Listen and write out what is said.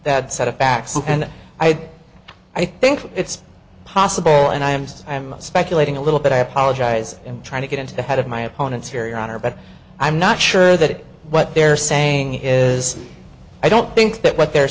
that set of facts and i i think it's possible and i am so i'm speculating a little bit i apologize and try to get into the head of my opponents here your honor but i'm not sure that what they're saying is i don't think that what they're